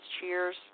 cheers